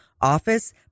office